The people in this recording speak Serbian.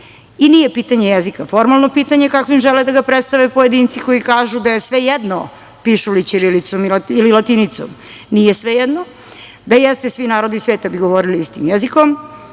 stalo. Nije pitanje jezika formalno pitanje, kakvim žele da ga predstave pojedinci koji kažu – da je svejedno pišu li ćirilicom ili latinicom. Nije svejedno. Da jeste, svi narodi sveta bi govorili istim jezikom,